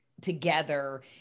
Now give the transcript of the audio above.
together